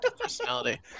personality